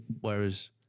Whereas